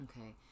okay